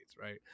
right